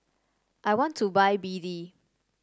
I want to buy B D